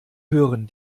höheren